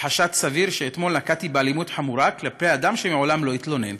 בחשד סביר שאתמול נקטתי אלימות חמורה כלפי אדם שמעולם לא התלונן,